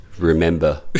remember